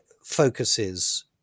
focuses